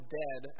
dead